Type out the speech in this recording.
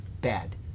bad